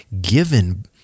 given